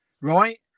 right